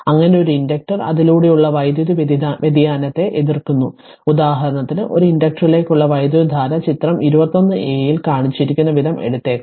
അങ്ങനെ ഒരു ഇൻഡക്റ്റർ അതിലൂടെയുള്ള വൈദ്യുത വ്യതിയാനത്തെ എതിർക്കുന്നു ഉദാഹരണത്തിന് ഒരു ഇൻഡക്റ്ററിലൂടെയുള്ള വൈദ്യുതധാര ചിത്രം 21a ൽ കാണിച്ചിരിക്കുന്ന വിധം എടുത്തേക്കാം